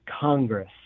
Congress